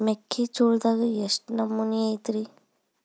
ಮೆಕ್ಕಿಜೋಳದಾಗ ಎಷ್ಟು ನಮೂನಿ ಐತ್ರೇ?